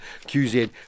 QZ